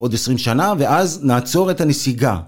עוד 20 שנה ואז נעצור את הנסיגה